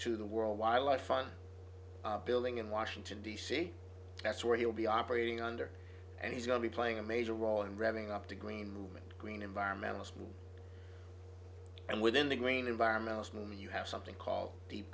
to the world wildlife fund building in washington d c that's where he'll be operating under and he's going to be playing a major role in revving up the green movement green environmentalist and within the green environmentalist movement you have something called deep